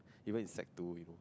even in sec two we will